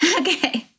Okay